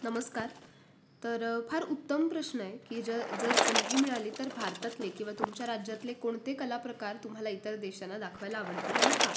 नमस्कार तर फार उत्तम प्रश्न आहे की ज जर संधी मिळाली तर भारतातले किंवा तुमच्या राज्यातले कोणते कलाप्रकार तुम्हाला इतर देशांना दाखवायला आवडतील आणि का